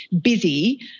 busy